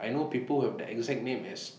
I know People Who Have The exact name as